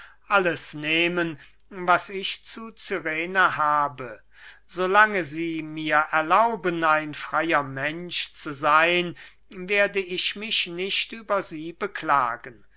alles nehmen was ich zu cyrene habe so lange sie mir erlauben ein freyer mensch zu seyn werde ich mich nicht über sie beklagen